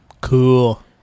Cool